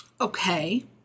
Okay